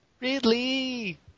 Ridley